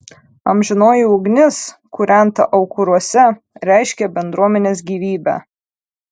amžinoji ugnis kūrenta aukuruose reiškė bendruomenės gyvybę